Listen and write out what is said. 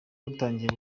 rutangiye